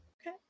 Okay